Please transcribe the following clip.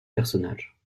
personnage